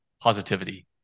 positivity